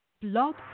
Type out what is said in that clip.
Blog